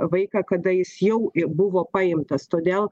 vaiką kada jis jau buvo paimtas todėl